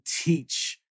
teach